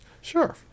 Sure